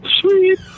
Sweet